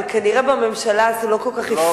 אבל כנראה בממשלה הזאת לא כל כך הפנימו את זה.